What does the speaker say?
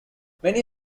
many